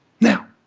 Now